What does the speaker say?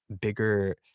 bigger